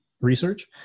research